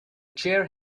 chair